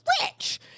rich